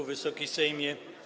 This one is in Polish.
Wysoki Sejmie!